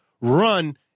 run